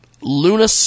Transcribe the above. Luna